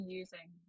using